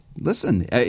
Listen